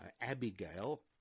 Abigail